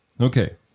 Okay